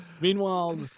Meanwhile